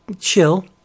chill